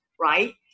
right